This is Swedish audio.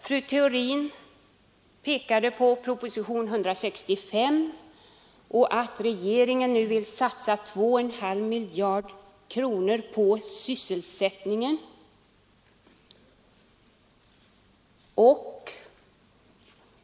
Fru Theorin pekade på proposition 165, där regeringen nu vill satsa 2,5 miljarder kronor på sysselsättningen.